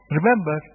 Remember